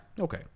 Okay